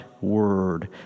word